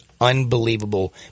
unbelievable